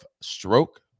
stroke